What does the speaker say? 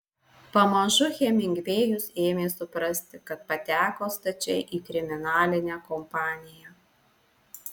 pamažu hemingvėjus ėmė suprasti kad pateko stačiai į kriminalinę kompaniją